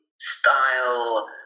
style